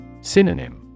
Synonym